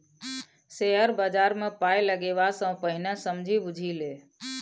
share बजारमे पाय लगेबा सँ पहिने समझि बुझि ले